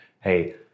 Hey